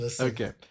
Okay